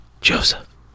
Joseph